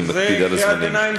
אני מקפיד על הזמנים.